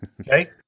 Okay